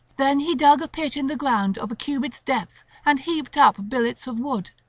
then he dug a pit in the ground of a cubit's depth and heaped up billets of wood,